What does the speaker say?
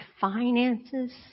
finances